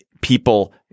people